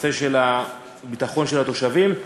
לנושא של ביטחון התושבים.